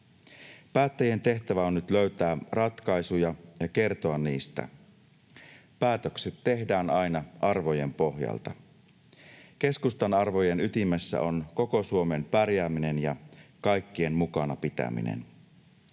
Päättäjien tehtävä on nyt löytää ratkaisuja ja kertoa niistä. Päätökset tehdään aina arvojen pohjalta. Keskustan arvojen ytimessä on koko Suomen pärjääminen ja kaikkien mukanapitäminen.